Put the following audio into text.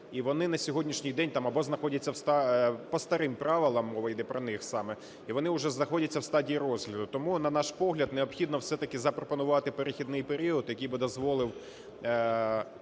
і вони на сьогоднішній день там або знаходяться в... по старим правилам, мова іде про них саме, і вони уже знаходяться в стадії розгляду. Тому, на наш погляд, необхідно все-таки запропонувати перехідний період, який би дозволив